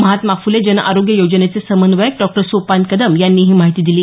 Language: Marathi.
महात्मा फुले जनआरोग्य योजनेचे समन्वयक डॉ सोपान कदम यांनी ही माहिती दिली